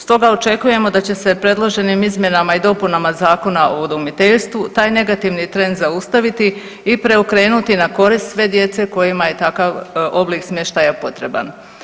Stoga očekujemo da će se predloženim izmjenama i dopunama Zakona o udomiteljstvu taj negativni trend zaustaviti i preokrenuti na korist sve djece kojima je takav oblik smještaja potreban.